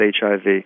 HIV